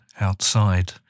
outside